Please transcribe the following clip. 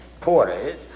porter